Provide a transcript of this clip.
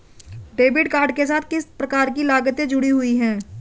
Debit card के साथ किस प्रकार की लागतें जुड़ी हुई हैं?